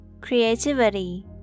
creativity